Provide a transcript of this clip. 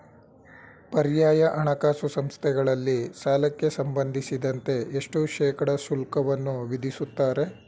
ಪರ್ಯಾಯ ಹಣಕಾಸು ಸಂಸ್ಥೆಗಳಲ್ಲಿ ಸಾಲಕ್ಕೆ ಸಂಬಂಧಿಸಿದಂತೆ ಎಷ್ಟು ಶೇಕಡಾ ಶುಲ್ಕವನ್ನು ವಿಧಿಸುತ್ತಾರೆ?